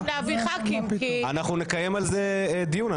אנחנו נקיים על זה דיון.